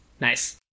Nice